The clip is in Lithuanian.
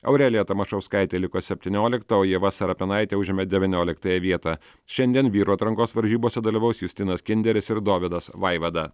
aurelija tamašauskaitė liko septyniolikta o ieva serapinaitė užėmė devynioliktąją vietą šiandien vyrų atrankos varžybose dalyvaus justinas kinderis ir dovydas vaivada